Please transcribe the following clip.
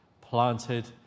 planted